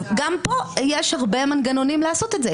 גם כאן יש הרבה מנגנונים לעשות את זה.